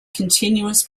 continuous